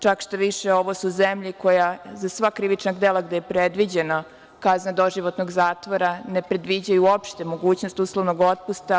Čak, ovo su zemlje koje za sva krivična dela, gde je predviđena kazna doživotnog zatvora, ne predviđaju uopšte mogućnost uslovnog otpusta.